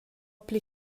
pli